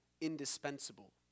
indispensable